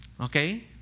Okay